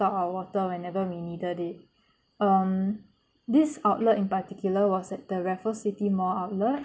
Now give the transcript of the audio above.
up our water whenever we needed it um this outlet in particular was at the raffles city mall outlet